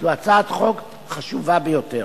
זו הצעת חוק חשובה ביותר.